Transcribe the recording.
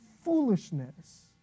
foolishness